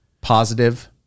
positive